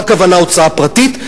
מה הכוונה בהוצאה פרטית?